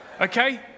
Okay